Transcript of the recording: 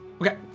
Okay